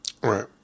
Right